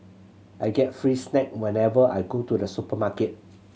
I get free snack whenever I go to the supermarket